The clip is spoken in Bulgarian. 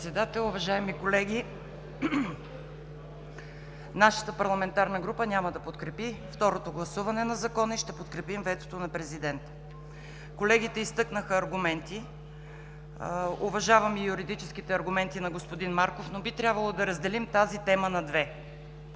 Председател, уважаеми колеги! Нашата парламентарна група няма да подкрепи второто гласуване на Закона и ще подкрепим ветото на президента. Колегите изтъкнаха аргументи. Уважавам и юридическите аргументи на господин Марков, но би трябвало да разделим тази тема на две.